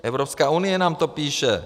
Evropská unie nám to píše.